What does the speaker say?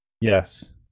yes